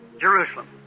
Jerusalem